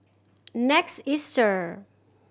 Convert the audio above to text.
Next Easter